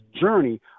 journey